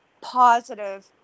positive